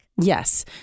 Yes